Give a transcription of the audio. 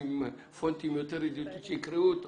פונטים יותר ידידותיים, שיקראו אותו.